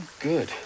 Good